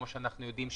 כמו שאנחנו יודעים,